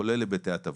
כולל היבטי התברואה.